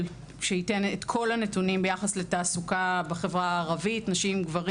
שייתן את כל הנתונים ביחס לתעסוקה בחברה הערבית - נשים גברים.